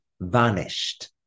vanished